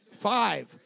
Five